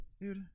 Dude